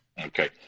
Okay